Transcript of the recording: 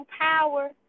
power